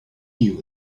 you